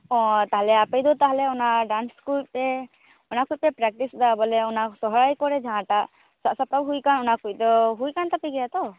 ᱚᱻ ᱛᱟᱦᱚᱞᱮ ᱟᱯᱮᱫᱚ ᱛᱟᱦᱚᱞᱮ ᱚᱱᱟ ᱰᱟᱱᱥ ᱥᱠᱩᱞ ᱯᱮ ᱚᱱᱟ ᱠᱚ ᱯᱮ ᱯᱨᱟᱠᱴᱤᱥ ᱫᱟ ᱵᱚᱞᱮ ᱚᱱᱟ ᱥᱚᱨᱦᱟᱭ ᱠᱚᱨᱮ ᱡᱟᱦᱟᱸ ᱴᱟᱜ ᱥᱟᱜ ᱥᱟᱯᱲᱟᱣ ᱦᱩᱭ ᱟᱠᱟᱱᱟ ᱚᱱᱟ ᱠᱚᱭᱤᱡ ᱫᱚ ᱦᱩᱭ ᱠᱟᱱ ᱛᱟᱯᱮ ᱜᱮᱭᱟᱛᱚ